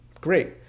great